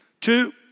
Two